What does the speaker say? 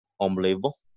unbelievable